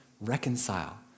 reconcile